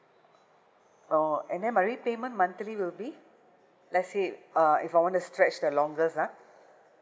orh and then my repayment monthly will be let's say uh if I want to stretch the longest ah